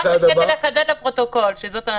רק לחדד לפרוטוקול שזאת ההצעה.